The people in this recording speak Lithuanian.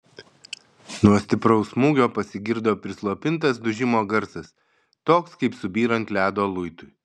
nuo stipraus smūgio pasigirdo prislopintas dužimo garsas toks kaip subyrant ledo luitui